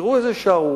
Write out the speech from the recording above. תראו איזו שערורייה: